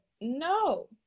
no